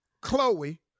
Chloe